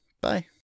Bye